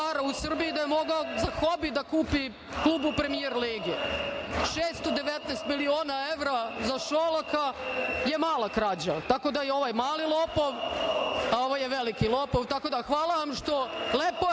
u Srbiji da je mogao za hobi da kupi klub u Premijer ligi, 619 miliona evra za Šolaka je mala krađa. Tako da je ovaj mali lopov, a ovaj je veliki lopov. Hvala vam, lepo je